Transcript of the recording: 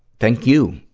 thank you